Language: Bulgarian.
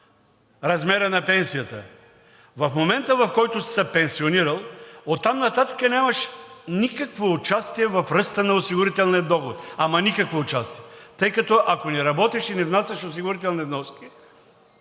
размера на пенсията, в момента, в който са се пенсионирали, оттам нататък нямат никакво участие в ръста на осигурителния доход. Ама никакво участие! Тъй като ти като, ако не работиш, не внасяш осигурителни вноски